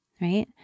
right